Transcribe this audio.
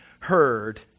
heard